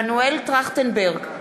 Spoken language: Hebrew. מנואל טרכטנברג,